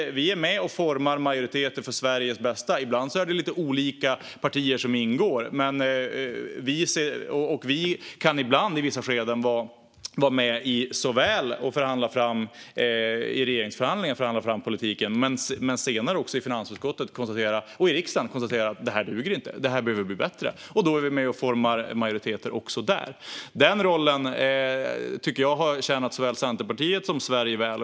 Vi är med och formar majoriteter för Sveriges bästa. Ibland är det lite olika partier som ingår. I vissa skeden är vi med om såväl att förhandla fram politiken i regeringsförhandlingar som att i finansutskottet och riksdagen senare konstatera att det här inte duger och att det behöver bli bättre - då är vi med och formar majoriteter där. Den rollen tycker jag har tjänat såväl Centerpartiet som Sverige väl.